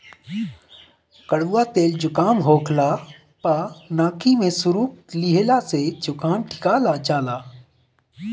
कड़ुआ तेल जुकाम होखला पअ नाकी में सुरुक लिहला से जुकाम ठिका जाला